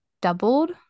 doubled